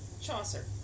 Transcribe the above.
Chaucer